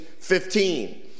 15